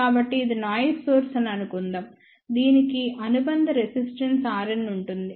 కాబట్టి ఇది noise source అని అనుకుందాం దీనికి అనుబంధ రెసిస్టెన్స్ Rn ఉంటుంది